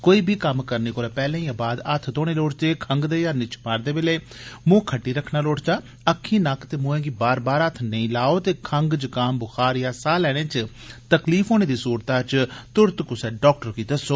कोई बी कम्म करने कोला पैहले जां बाद हत्थ धोने लाड़चदे खंगदे जां निच्छ मारदे बेल्ले मूह् खट्टी रखना लोड़चदा अक्खीं नक्क ते मुंहै गी बार बार हत्थ नेई लाओ ते खंग जकाम बुखार जां साह् लैने च तकलीफ होने दी सूरतै च तुरत कुसै डाक्टर गी दस्सो